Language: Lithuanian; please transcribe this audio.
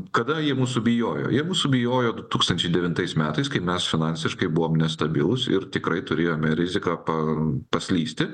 kada kada jie mūsų bijojo jie mūsų bijojo du tūkstančiai devintais metais kai mes finansiškai buvom nestabilūs ir tikrai turėjome riziką paslysti